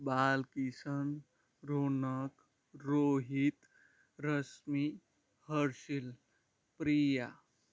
Balkishan Ronak Rohit Rashmi Harshil Priya